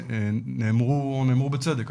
נאמרו בצדק,